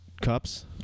cups